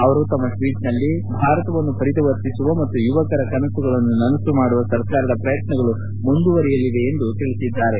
ಅವರು ತಮ್ನ ಟ್ವೀಟ್ನಲ್ಲಿ ಭಾರತವನ್ನು ಪರಿವರ್ತಿಸುವ ಮತ್ತು ಯುವಕರ ಕನಸುಗಳನ್ನು ನನಸು ಮಾಡುವ ಸರ್ಕಾರದ ಪ್ರಯತ್ನಗಳು ಮುಂದುವರೆಯಲಿವೆ ಎಂದು ತಿಳಿಸಿದ್ದಾರೆ